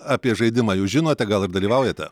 apie žaidimą jau žinote gal ir dalyvaujate